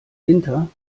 winter